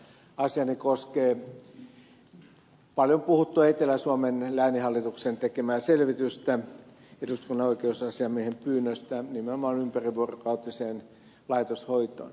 asiani koskee paljon puhuttua etelä suomen lääninhallituksen tekemää selvitystä eduskunnan oikeusasiamiehen pyynnöstä nimenomaan ympärivuorokautiseen laitoshoitoon